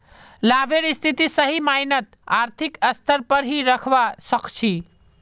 लाभेर स्थिति सही मायनत आर्थिक स्तर पर ही दखवा सक छी